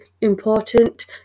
important